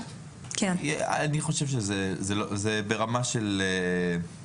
מהציבור אני חושב שזה ברמה של בין